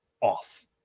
off